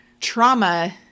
trauma